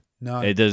No